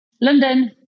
London